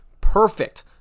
perfect